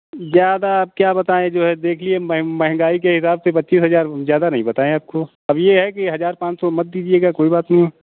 ज्यादा अब क्या बताएं जो है देखिए म महंगाई के हिसाब से से पच्चीस हजार ज्यादा नहीं बताए आपको अब ये है कि हजार पाँच सौ मत दीजिएगा कोई बात नहीं